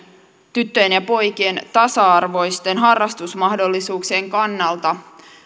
tyttöjen ja poikien tasa arvoisten harrastusmahdollisuuksien kannalta